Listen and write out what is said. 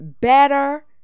better